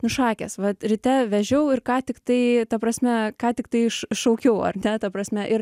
nu šakės vat ryte vežiau ir ką tiktai ta prasme ką tiktai šau šaukiau ar ne ta prasme ir